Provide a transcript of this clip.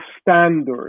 standards